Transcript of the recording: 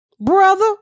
brother